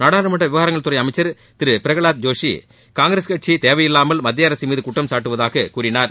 நாடாளுமன்ற விவகாரங்கள் துறை அமைச்சர் திரு பிரகலாத் ஜோஷி காங்கிரஸ் கட்சி தேவையில்லாமல் மத்தியஅரசு மீது குற்றம் சாட்டுவதாக கூறினார்